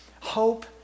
hope